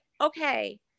okay